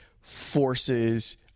forces